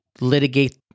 litigate